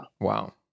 Wow